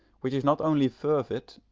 which is not only fervid,